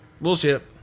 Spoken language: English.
Bullshit